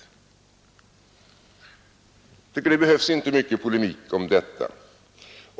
Jag tycker inte att det borde polemiseras så mycket om detta.